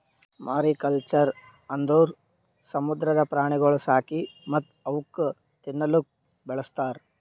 mariculture ಅಂದುರ್ ಸಮುದ್ರದ ಪ್ರಾಣಿಗೊಳ್ ಸಾಕಿ ಮತ್ತ್ ಅವುಕ್ ತಿನ್ನಲೂಕ್ ಬಳಸ್ತಾರ್